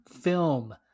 film